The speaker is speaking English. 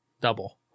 double